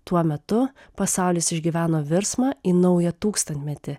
tuo metu pasaulis išgyveno virsmą į naują tūkstantmetį